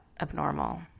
abnormal